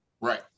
Right